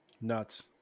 nuts